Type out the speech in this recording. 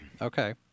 Okay